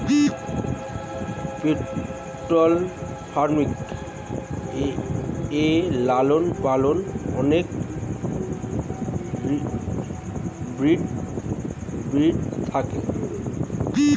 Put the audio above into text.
poultry farming এ লালন পালনে অনেক ব্রিড থাকে